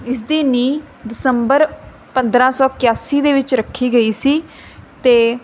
ਇਸ ਦੇ ਨੀਹ ਦਸੰਬਰ ਪੰਦਰਾਂ ਸੌ ਇਕਿਆਸੀ ਦੇ ਵਿੱਚ ਰੱਖੀ ਗਈ ਸੀ ਤੇ